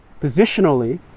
positionally